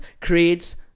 creates